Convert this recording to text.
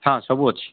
ହଁ ସବୁ ଅଛି